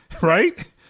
Right